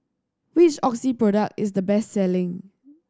which Oxy product is the best selling